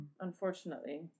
unfortunately